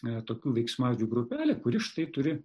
tokių veiksmažodžių grupelė kuri štai turi